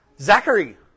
Zachary